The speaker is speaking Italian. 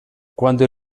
quando